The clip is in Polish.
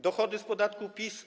Dochody z podatku PIS.